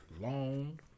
Long